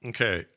Okay